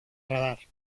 radar